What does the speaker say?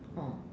oh